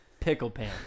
Picklepants